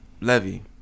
Levy